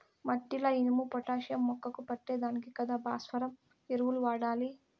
మట్టిల ఇనుము, పొటాషియం మొక్కకు పట్టే దానికి కదా భాస్వరం ఎరువులు వాడాలి